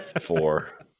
Four